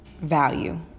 value